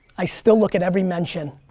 i still look at every mention.